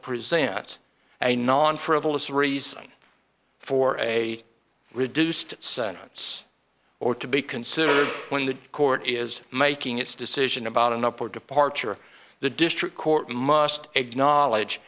presents a non frivolous reason for a reduced sentence or to be considered when the court is making its decision about an up or departure the district court must acknowledge